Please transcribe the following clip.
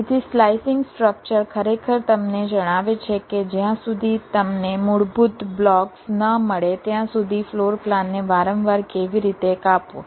તેથી slicing structure ખરેખર તમને જણાવે છે કે જ્યાં સુધી તમને મૂળભૂત બ્લોક્સ ન મળે ત્યાં સુધી ફ્લોર પ્લાનને વારંવાર કેવી રીતે કાપવો